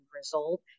result